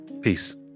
Peace